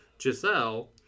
Giselle